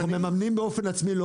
אגב, אנחנו מממנים באופן עצמי.